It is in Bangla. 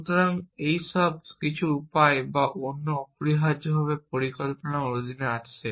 সুতরাং এই সব কিছু উপায় বা অন্য অপরিহার্যভাবে পরিকল্পনা অধীনে আসে